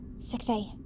6A